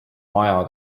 maja